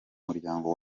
muryango